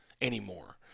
anymore